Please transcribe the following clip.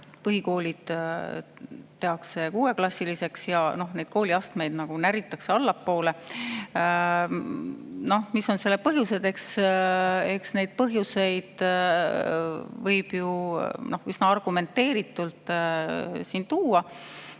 põhikoolid tehakse 6-klassiliseks ja kooliastmeid näritakse allapoole. Mis on selle põhjused? Eks neid põhjuseid võib siin ju üsna argumenteeritult tuua.